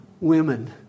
women